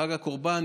חג הקורבן,